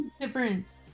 difference